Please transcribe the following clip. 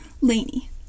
Laney